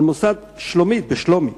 על מוסד "שלומית" בשלומי,